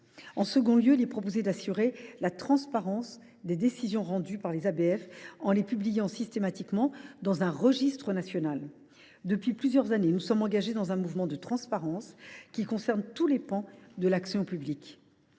À l’article 2, il est proposé d’assurer la transparence des décisions rendues par les ABF, en prévoyant leur publication systématique dans un registre national. Depuis plusieurs années, nous sommes engagés dans un mouvement de transparence qui concerne tous les pans de l’action publique.